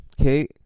Okay